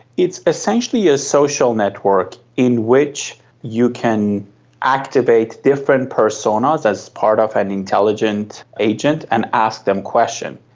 it's essentially a social network in which you can activate different personas as part of an intelligent agent and ask them questions.